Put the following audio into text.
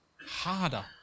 harder